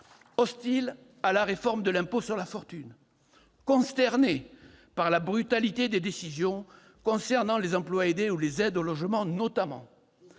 hostile à la réforme de l'impôt sur la fortune ; consterné par la brutalité des décisions concernant les emplois aidés et les aides au logement notamment